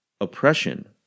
Oppression